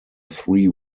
three